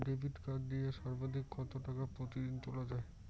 Debit card দিয়ে সর্বাধিক কত টাকা প্রতিদিন তোলা য়ায়?